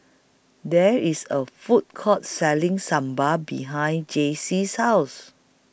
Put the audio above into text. There IS A Food Court Selling Sambar behind Jaycie's House